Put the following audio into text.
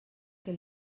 que